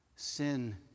Sin